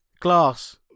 Glass